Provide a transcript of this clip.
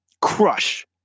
crush